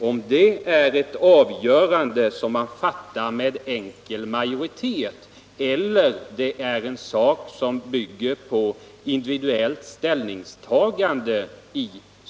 Är det ett avgörande som man fattar med enkel majoritet eller är det en sak som bygger på individuellt ställningstagande?